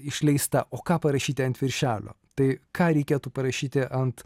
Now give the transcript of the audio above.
išleista o ką parašyti ant viršelio tai ką reikėtų parašyti ant